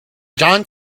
john